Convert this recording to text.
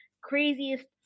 craziest